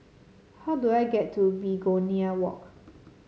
how do I get to Begonia Walk